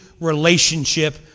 relationship